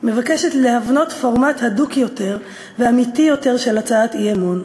מבקשת להבנות פורמט הדוק יותר ואמיתי יותר של הצעת אי-אמון,